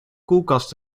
koelkast